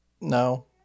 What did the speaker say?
No